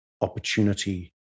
opportunity